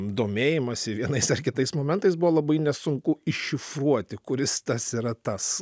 domėjimąsi vienais ar kitais momentais buvo labai nesunku iššifruoti kuris tas yra tas